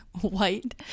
White